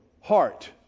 heart